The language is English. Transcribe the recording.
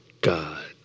God